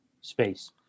space